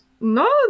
no